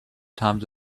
times